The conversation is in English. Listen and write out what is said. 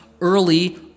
early